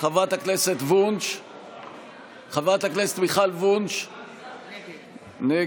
חברת הכנסת מיכל וונש, נגד,